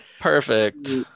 perfect